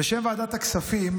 בשם ועדת הכספים,